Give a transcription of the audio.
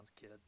kid